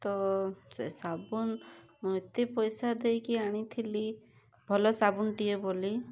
ତ ସେ ସାବୁନ୍ ଏତେ ପଇସା ଦେଇକି ଆଣିଥିଲି ଭଲ ସାବୁନ୍ ଟିଏ ବୋଲି